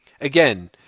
again